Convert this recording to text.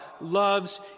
loves